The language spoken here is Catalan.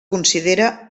considera